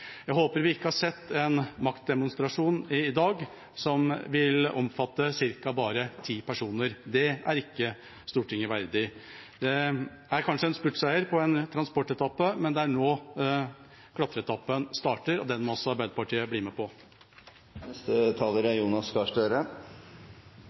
Jeg håper vi ikke har sett en maktdemonstrasjon i dag som vil omfatte bare ca. ti personer. Det er ikke Stortinget verdig. Det er kanskje en spurtseier på en transportetappe, men det er nå klatreetappen starter, og den må også Arbeiderpartiet bli med på.